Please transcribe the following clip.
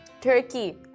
Turkey